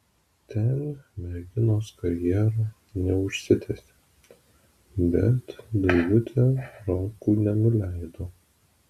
ten merginos karjera neužsitęsė bet daivutė rankų nenuleido